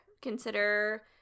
consider